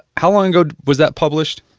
how long ago was that published?